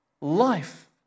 life